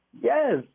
Yes